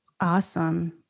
Awesome